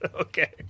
Okay